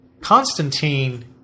Constantine